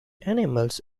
animals